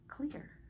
clear